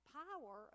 power